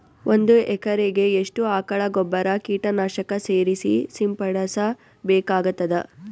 ಒಂದು ಎಕರೆಗೆ ಎಷ್ಟು ಆಕಳ ಗೊಬ್ಬರ ಕೀಟನಾಶಕ ಸೇರಿಸಿ ಸಿಂಪಡಸಬೇಕಾಗತದಾ?